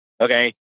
okay